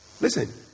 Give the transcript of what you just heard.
Listen